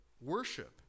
worship